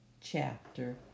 chapter